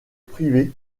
privée